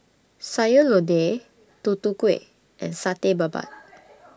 Sayur Lodeh Tutu Kueh and Satay Babat